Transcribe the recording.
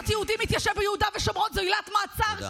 להיות יהודי מתיישב ביהודה ושומרון זו עילת מעצר,